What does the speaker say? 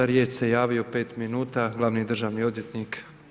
Za riječ se javio 5 minuta glavni državni odvjetnik.